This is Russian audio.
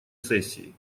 сессии